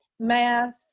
math